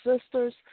sisters